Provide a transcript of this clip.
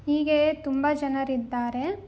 ಹೀಗೆಯೇ ತುಂಬ ಜನರಿದ್ದಾರೆ